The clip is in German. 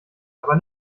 aber